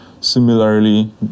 Similarly